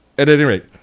at any rate,